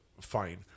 fine